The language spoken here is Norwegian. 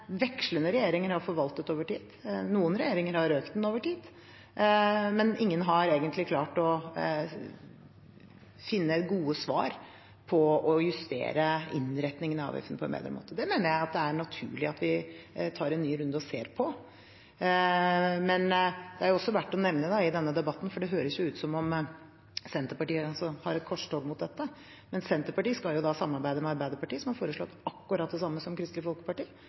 vekslende regjeringer har forvaltet over tid. Noen regjeringer har økt den over tid, men ingen har egentlig klart å finne gode svar på å justere innretningen av avgiften på en bedre måte. Det mener jeg det er naturlig at vi tar en ny runde og ser på. Det er også verdt å nevne i denne debatten – for det høres ut som Senterpartiet har et korstog mot dette – at Senterpartiet skal jo samarbeide med Arbeiderpartiet, som har foreslått akkurat det samme som Kristelig Folkeparti.